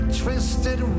twisted